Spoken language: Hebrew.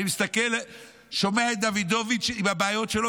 אני שומע את דוידוביץ עם הבעיות שלו,